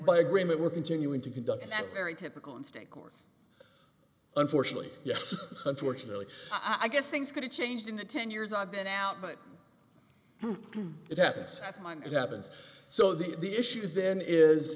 by agreement we're continuing to conduct and that's very typical in state court unfortunately yes unfortunately i guess things could have changed in the ten years i've been out but it happens it happens so the issue then is